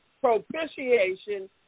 propitiation